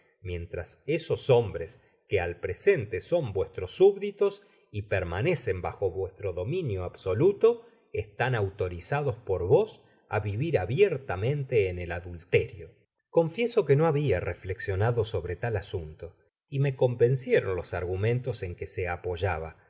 mientras esos hombres que al presente son vuestros súbditos y permanecen bajo vuestro dominio absoluto estan autorizados por vos á vivir abiertamente en el adul terio content from google book search generated at confieso i que no habia reflexionado sobre tal asunto y me convencieron los argumentos en que se apoyaba